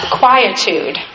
quietude